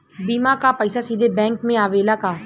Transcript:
बीमा क पैसा सीधे बैंक में आवेला का?